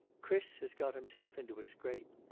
chris has got himself into a scrape.